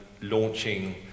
launching